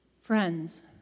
Friends